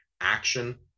action